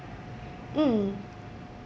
mm